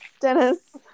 Dennis